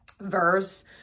verse